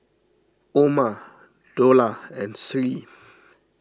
Umar Dollah and Sri